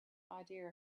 idea